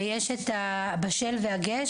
ויש את הבשל והגש,